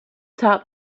top